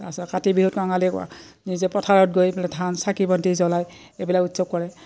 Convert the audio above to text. তাৰপিছত কাতি বিহুত কঙালি নিজে পথাৰত গৈ পাই ধান চাকি বন্তি জ্বলাই এইবিলাক উৎসৱ কৰে